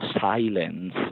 silence